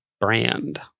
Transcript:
brand